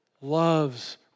loves